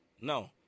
No